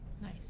Nice